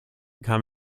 kam